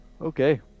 okay